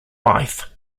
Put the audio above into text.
life